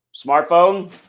smartphone